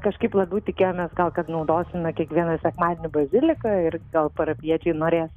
kažkaip labiau tikėjomės gal kad naudosime kiekvieną sekmadienį baziliką ir gal parapijiečiai norės